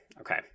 Okay